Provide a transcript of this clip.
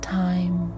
time